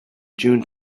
june